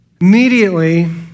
Immediately